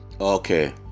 Okay